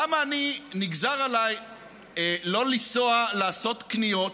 למה נגזר עליי שלא לנסוע לעשות קניות,